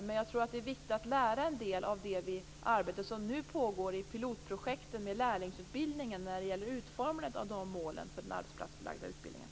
Men jag tror att det är viktigt att lära en del av det arbete som nu pågår i pilotprojekten med lärlingsutbildningen när det gäller utformandet av målen för den arbetsplatsförlagda utbildningen.